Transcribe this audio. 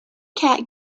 cat